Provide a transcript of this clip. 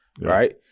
Right